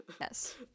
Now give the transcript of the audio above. Yes